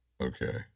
Okay